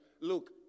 look